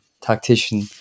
tactician